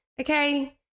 Okay